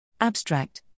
Abstract